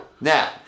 Now